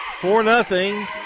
Four-nothing